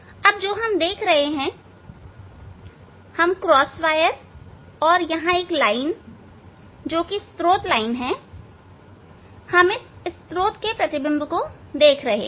अब जो हम देख रहे हैं हम क्रॉसवायर् और यहां एक लाइन जो कि स्त्रोत लाइन है हम इस स्त्रोत प्रतिबिंब को देख रहे हैं